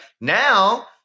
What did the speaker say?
now